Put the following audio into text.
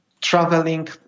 traveling